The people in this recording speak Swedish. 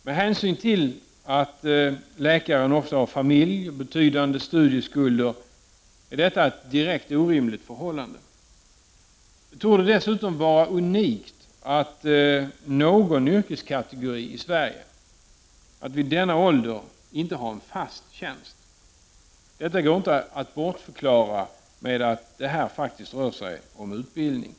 Med hänsyn till att läkaren ofta har familj och betydande studieskulder är detta ett direkt orimligt förhållande. Det torde dessutom vara unikt för en yrkeskategori i Sverige att vid denna ålder inte ha en fast tjänst. Detta går inte att bortförklara med att det här faktiskt rör sig om utbildning.